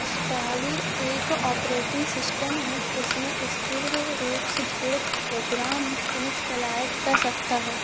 ईस्टाली एक operating system है जिसमें स्थिर रूप से जुड़े प्रोग्राम हैं जिन्हें चलाया जा सकता है